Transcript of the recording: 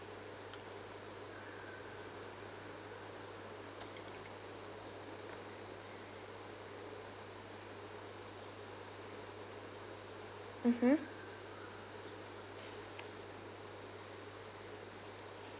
mmhmm